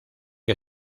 que